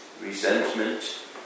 resentment